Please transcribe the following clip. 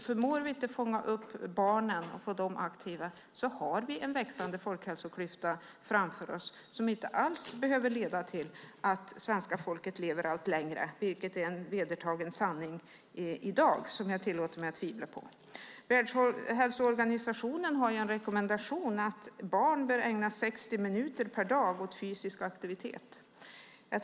Förmår vi inte fånga upp barnen och få dem aktiva har vi en växande folkhälsoklyfta framför oss som inte alls behöver leda till att svenska folket lever allt längre, vilket är en vedertagen sanning i dag, som jag tillåter mig att tvivla på. Världshälsoorganisationen har en rekommendation om att barn bör ägna 60 minuter per dag åt fysisk aktivitet.